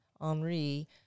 Henri